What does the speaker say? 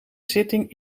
zitting